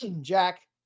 Jack